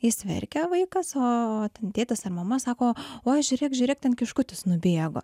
jis verkia vaikas o ten tėtis ar mama sako oi žiūrėk žiūrėk ten kiškutis nubėgo